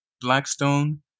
Blackstone